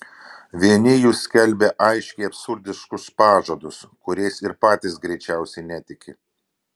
vieni jų skelbia aiškiai absurdiškus pažadus kuriais ir patys greičiausiai netiki